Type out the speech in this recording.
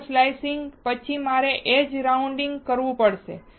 wafer slicing પછી મારે edge rounding કરવું પડશે